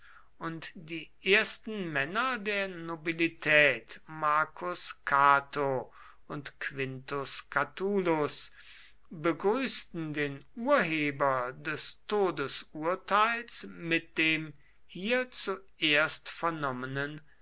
und die ersten männer der nobilität marcus cato und quintus catulus begrüßten den urheber des todesurteils mit dem hier zuerst vernommenen